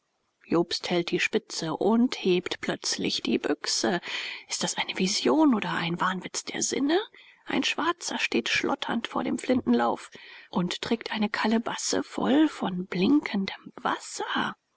jobst hält die spitze und hebt plötzlich die büchse ist das eine vision oder ein wahnwitz der sinne ein schwarzer steht schlotternd vor dem flintenlauf und trägt eine kalebasse voll von blinkendem wasser